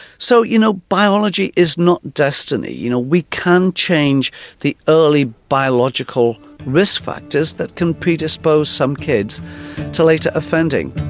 so you know biology is not destiny, you know we can change the early biological risk factors that can predispose some kids to later offending.